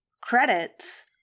credits